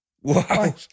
Wow